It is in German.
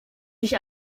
nicht